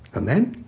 and then,